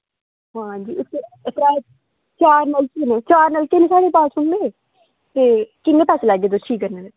आं जी उप्परा चार नलके न चार नलके न साढ़े बाथरूम दे ते किन्ने पैसे लैगे तुस ठीक करने दे